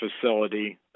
facility